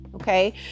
Okay